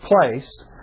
place